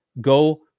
go